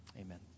amen